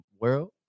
world